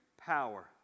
power